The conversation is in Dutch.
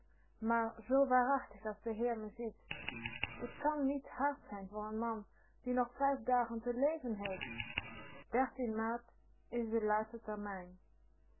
maar zoo waarachtig as de heer me ziet k kan niet hard zijn voor n man die nog vijf dagen te leven heeft dertien maart is de laatste termijn